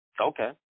Okay